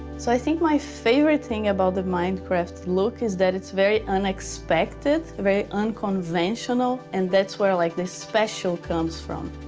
so i think my favorite thing about the minecraft look is that it's very unexpected, very unconventional. and that's where like the special comes from.